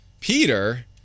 Peter